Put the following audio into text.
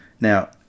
Now